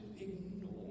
ignore